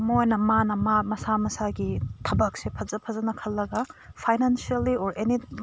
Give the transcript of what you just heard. ꯃꯣꯏꯅ ꯃꯥꯅ ꯃꯥ ꯃꯁꯥ ꯃꯁꯥꯒꯤ ꯊꯕꯛꯁꯦ ꯐꯖ ꯐꯖꯅ ꯈꯜꯂꯒ ꯐꯥꯏꯅꯥꯟꯁꯦꯜꯂꯤ ꯑꯣꯔ ꯑꯦꯅꯤ